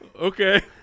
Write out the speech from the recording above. Okay